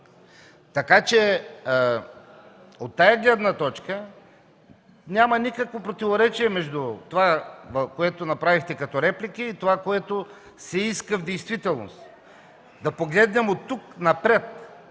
колеги. От тази гледна точка няма никакво противоречие между това, което направихте като реплики, и това, което се иска в действителност: да погледнем оттук напред,